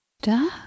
Da